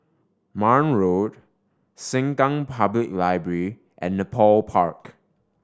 Marne Road Sengkang Public Library and Nepal Park